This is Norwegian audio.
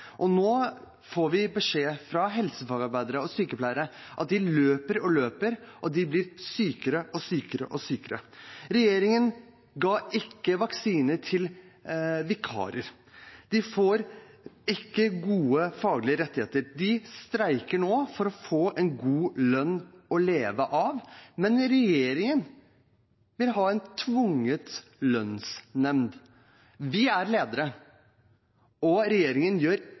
beskjed fra helsefagarbeidere og sykepleiere om at de løper og løper og blir sykere og sykere og sykere. Regjeringen ga ikke vaksiner til vikarer. De får ikke gode faglige rettigheter. De streiker nå for å få en god lønn å leve av, men regjeringen vil ha tvungen lønnsnemd. Vi er ledere, og regjeringen gjør